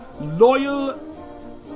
loyal